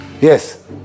Yes